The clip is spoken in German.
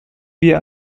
wir